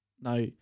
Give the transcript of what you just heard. Now